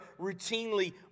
routinely